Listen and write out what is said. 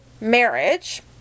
marriage